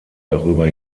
darüber